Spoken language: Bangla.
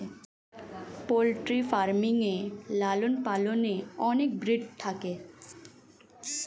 পোল্ট্রি ফার্মিং এ লালন পালনে অনেক ব্রিড থাকে